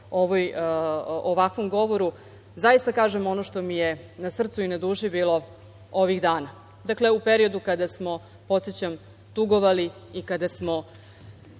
ovakvom govoru, zaista kažem ono što mi je na srcu i na duši bilo ovih dana. Dakle, u periodu kada smo, podsećam, tugovali i kada smo,